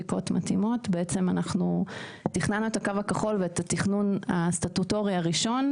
בעצם אנחנו תכננו את הקו הכחול ואת התכנון הסטטוטורי הראשון,